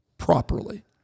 Properly